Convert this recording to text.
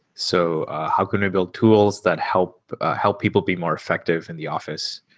so how can we build tools that help help people be more effective in the office?